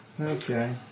Okay